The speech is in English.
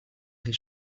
his